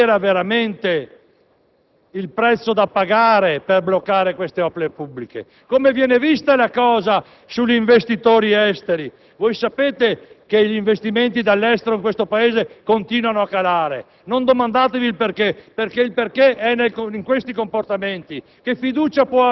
che ci portasse a ragionare sul reale prezzo da pagare per bloccare queste opere pubbliche. Come viene vista la cosa dal punto di vista degli investitori esteri? Voi sapete che gli investimenti dall'estero in questo Paese continuano a calare.